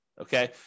Okay